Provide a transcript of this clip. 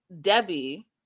Debbie